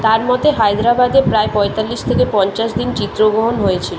তার মতে হায়দ্রাবাদে প্রায় পঁয়তাল্লিশ থেকে পঞ্চাশ দিন চিত্রগ্রহণ হয়েছিল